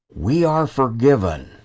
WeAreForgiven